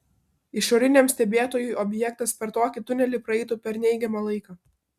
išoriniam stebėtojui objektas per tokį tunelį praeitų per neigiamą laiką